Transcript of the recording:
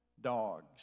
dogs